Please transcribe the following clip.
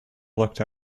looked